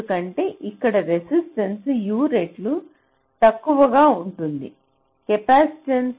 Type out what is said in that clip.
ఎందుకంటే ఇక్కడ resistance U రెట్లు తక్కువగా ఉంటుంది కెపాసిటెన్స్ U2 రెట్లు ఎక్కువ